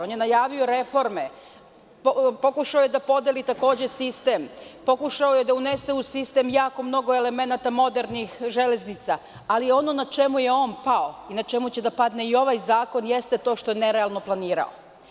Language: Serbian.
On je najavio reforme, pokušao je da podeli sistem, pokušao je da unese u sistem jako mnogo elemenata modernih železnica, ali ono na čemu je on pao i na čemu će da padne i ovaj zakon jeste to što je nerealno planirao.